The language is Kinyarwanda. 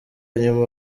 nyuma